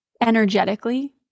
energetically